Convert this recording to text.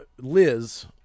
Liz